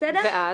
ואז?